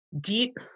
deep